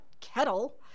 Kettle